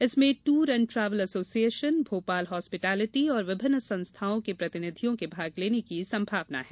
इसमें tour and travel association hotel hospitality और विभिन्न संस्थाओं के प्रतिनिधियों के भाग लेने की संभावना है